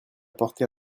porté